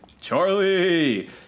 Charlie